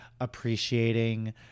appreciating